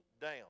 down